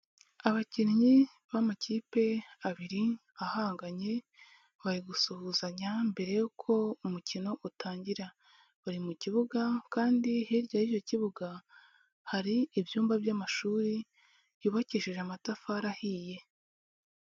Abakinnyi b'amakipe abiri ahanganye bari gusuhuzanya mbere yuko umukino utangira, bari mu kibuga kandi hirya y'icyo kibuga hari ibyumba by'amashuri byubakishije amatafari ahiye.